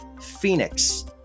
Phoenix